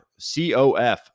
COF